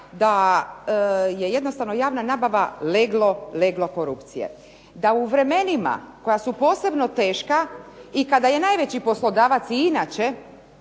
da je jednostavno javna nabava leglo, leglo korupcije. Da u vremenima koja su posebno teška i kada je najveći poslodavac i inače